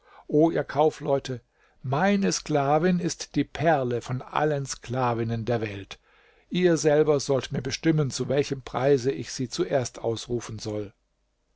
o ihr kaufleute meine sklavin ist die perle von allen sklavinnen der welt ihr selber sollt mir bestimmen zu welchem preise ich sie zuerst ausrufen soll